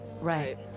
Right